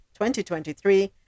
2023